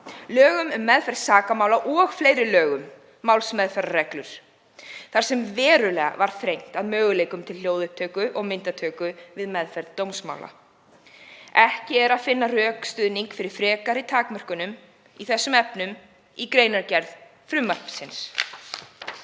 lögum um meðferð sakamála og fleiri lögum, málsmeðferðarreglur þar sem verulega var þrengt að möguleikum til hljóðupptöku og myndatöku við meðferð dómsmála. Ekki er að finna rökstuðning fyrir frekari takmörkunum í þessum efnum í greinargerð frumvarpsins.